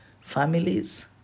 families